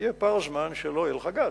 יהיה פער זמן שלא יהיה לך גז.